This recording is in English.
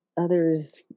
other's